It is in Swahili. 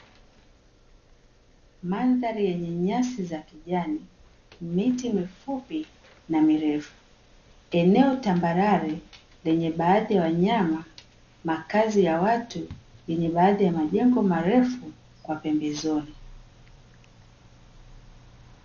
Mandhari yenye nyasi za kijani, miti mifupi na mirefu, eneo tambarare lenye baadhi ya wanyama, makazi ya watu yenye baadhi ya majengo marefu kwa pembezoni.